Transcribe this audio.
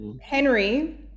Henry